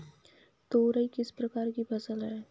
तोरई किस प्रकार की फसल है?